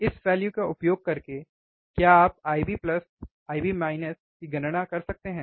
इस वैल्यु का उपयोग करके क्या आप IB IB की गणना कर सकते हैं